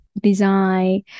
design